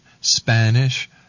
Spanish